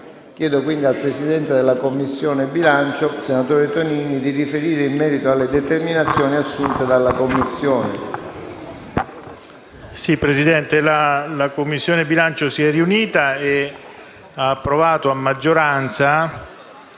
Chiedo quindi al presidente della Commissione bilancio, senatore Tonini, di riferire in merito alle determinazioni assunte dalla Commissione.